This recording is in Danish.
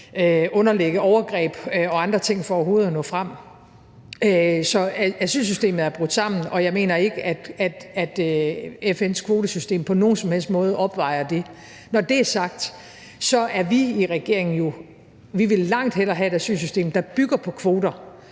underkaste overgreb og andre ting for overhovedet at nå frem. Så asylsystemet er brudt sammen, og jeg mener ikke, at FN's kvotesystem på nogen som helst måde opvejer det. Når det er sagt, vil vi i regeringen jo langt hellere have et asylsystem, der bygger på kvoter.